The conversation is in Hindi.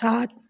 सात